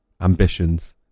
Ambitions